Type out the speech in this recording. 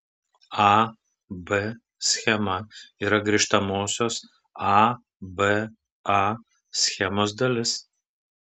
a b schema yra grįžtamosios a b a schemos dalis